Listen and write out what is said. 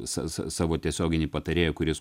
sa sa savo tiesioginį patarėją kuris